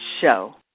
show